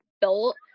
built